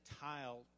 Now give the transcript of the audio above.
tile